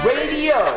Radio